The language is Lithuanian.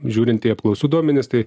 žiūrint į apklausų duomenis tai